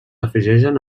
afegeixen